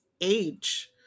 age